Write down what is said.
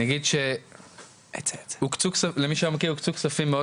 אני אגיד למי שלא מכיר שהוקצו כספים מאוד